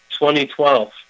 2012